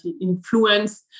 influence